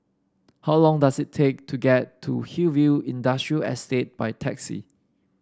how long does it take to get to Hillview Industrial Estate by taxi